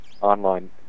online